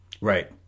Right